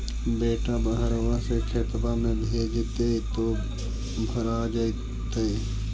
बेटा बहरबा से खतबा में भेजते तो भरा जैतय?